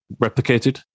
replicated